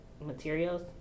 materials